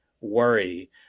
worry